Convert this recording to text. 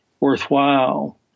worthwhile